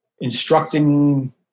instructing